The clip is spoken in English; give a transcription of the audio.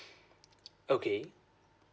okay